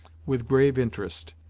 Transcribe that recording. with grave interest.